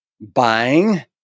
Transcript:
buying